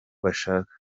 bashaka